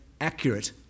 accurate